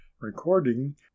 Recording